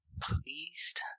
pleased